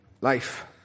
life